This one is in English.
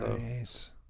Nice